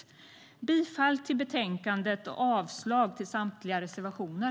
Jag yrkar bifall till förslaget i betänkandet och avslag på samtliga reservationer.